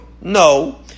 No